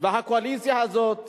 והקואליציה הזאת